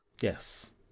yes